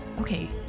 Okay